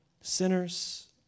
Sinners